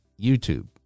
YouTube